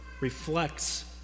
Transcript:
reflects